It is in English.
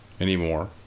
anymore